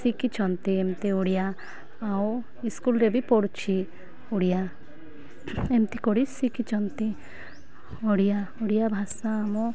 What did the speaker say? ଶିଖିଛନ୍ତି ଏମିତି ଓଡ଼ିଆ ଆଉ ଇସକୁଲରେ ବି ପଢ଼ୁଛି ଓଡ଼ିଆ ଏମିତି କରି ଶିଖିଛନ୍ତି ଓଡ଼ିଆ ଓଡ଼ିଆ ଭାଷା ଆମ